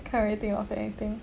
can't really think of anything